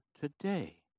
today